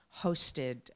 hosted